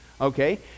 Okay